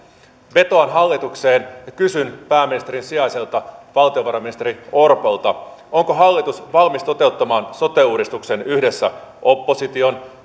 vetoan hallitukseen ja kysyn pääministerin sijaiselta valtiovarainministeri orpolta onko hallitus valmis toteuttamaan sote uudistuksen yhdessä opposition